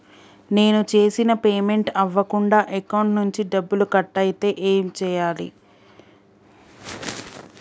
నేను చేసిన పేమెంట్ అవ్వకుండా అకౌంట్ నుంచి డబ్బులు కట్ అయితే ఏం చేయాలి?